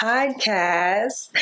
Podcast